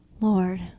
Lord